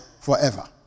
forever